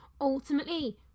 ultimately